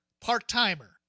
Part-timer